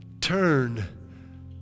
Turn